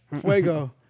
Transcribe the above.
Fuego